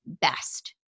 best